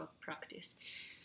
practice